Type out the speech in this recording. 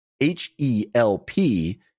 H-E-L-P